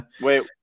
Wait